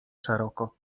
szeroko